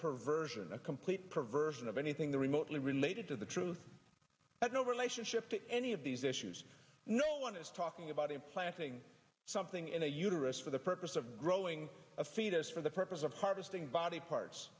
perversion a complete perversion of anything remotely related to the truth that no relationship to any of these issues no one is talking about implanting something in a uterus for the purpose of growing a fetus for the purpose of harvesting body parts